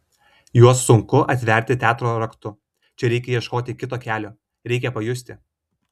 juos sunku atverti teatro raktu čia reikia ieškoti kito kelio reikia pajusti